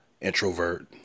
Introvert